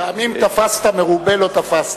פעמים תפסת מרובה לא תפסת.